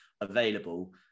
available